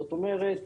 זאת אומרת,